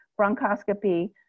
bronchoscopy